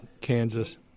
Kansas